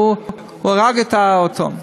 הוא הרג את האתון.